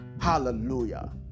Hallelujah